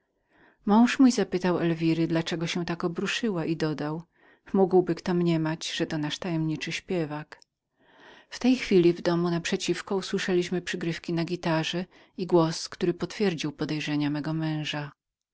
mąż zapytał elwiry dla czego się tak obruszyła i dodał mógłby kto mniemać że to jest nasz tajemniczy śpiewak w tej chwili w domku na przeciwko usłyszeliśmy przygrywki na gitarze i głos który potwierdził podejrzenia mego męża